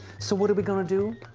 so, what are we going to do?